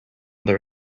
their